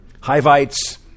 Hivites